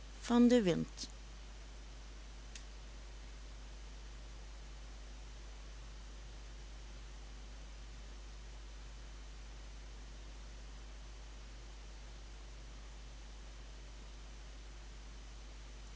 in den wind